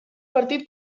partit